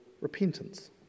repentance